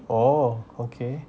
oh okay